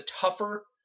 tougher